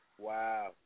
Wow